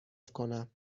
کنم